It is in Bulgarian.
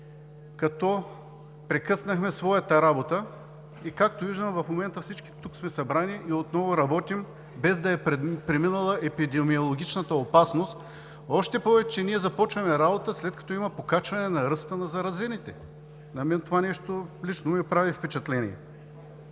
като прекъснахме своята работа. Както виждам, в момента всички тук сме събрани и отново работим, без да е преминала епидемиологичната опасност, още повече, че ние започваме работа, след като има покачване на ръста на заразените! На мен лично това нещо ми прави впечатление.